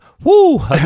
woo